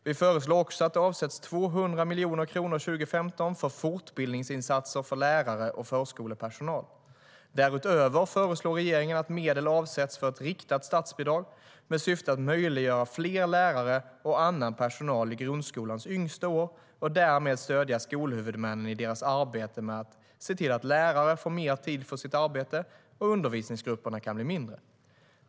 Vi föreslår också att det avsätts 200 miljoner kronor 2015 för fortbildningsinsatser för lärare och förskolepersonal. Därutöver föreslår regeringen att medel avsätts för ett riktat statsbidrag med syftet att möjliggöra fler lärare och annan personal i grundskolans tidigare år och därmed stödja skolhuvudmännen i deras arbete med att se till att lärare får mer tid för sitt arbete och att undervisningsgrupperna kan bli mindre.